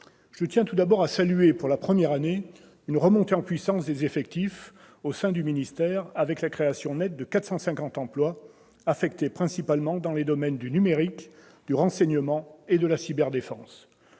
Je tiens tout d'abord à saluer, pour la première année, une remontée en puissance des effectifs au sein du ministère, avec la création nette de 450 emplois affectés principalement dans les domaines du numérique, du renseignement et de la cyberdéfense.